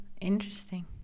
Interesting